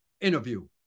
interview